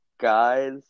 guys